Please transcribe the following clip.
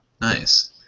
Nice